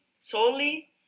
solely